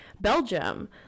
Belgium